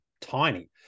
tiny